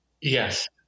Yes